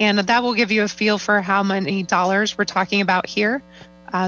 and that will give you a feel for how many dollars we're talking about here